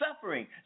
Suffering